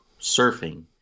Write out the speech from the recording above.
surfing